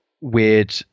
weird